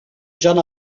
can